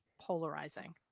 polarizing